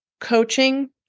coaching